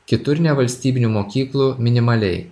kitur nevalstybinių mokyklų minimaliai